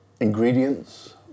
ingredients